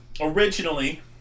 Originally